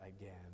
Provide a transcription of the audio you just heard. again